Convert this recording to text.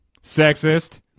Sexist